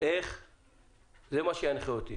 זה מה שינחה אותי